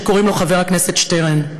שקוראים לו חבר הכנסת שטרן.